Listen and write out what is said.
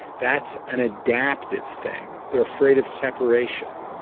that's an adaptive thing. they're afraid of separation.